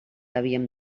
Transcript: havíem